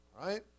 right